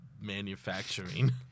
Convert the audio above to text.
manufacturing